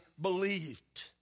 believed